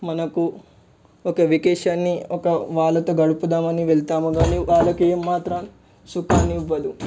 మనకు ఒక వెకేషన్ని ఒక వాళ్ళతో గడుపుదామని వెళ్తాము కాని వాళ్ళకేమాత్రం సుఖాన్నివ్వదు